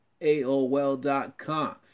AOL.com